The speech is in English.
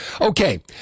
Okay